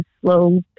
slow